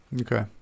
Okay